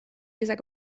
dieser